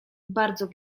bardzo